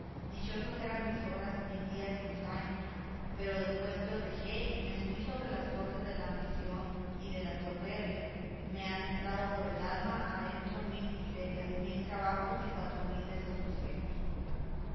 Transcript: dichosas eran mis horas mis días y mis años pero después que os dejé y me subí sobre las torres de la ambición y de la soberbia se me han entrado por el alma adentro mil miserias mil trabajos y cuatro mil desasosiegos